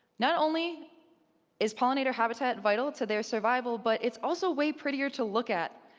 not only is pollinator habitat vital to their survival, but it's also way prettier to look at.